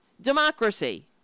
democracy